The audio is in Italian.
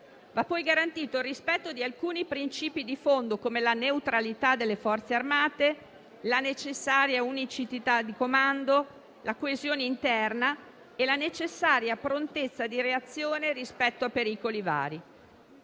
Va poi garantito il rispetto di alcuni principi di fondo, come la neutralità delle Forze armate, la necessaria unicità di comando, la coesione interna e la necessaria prontezza di reazione rispetto a pericoli vari.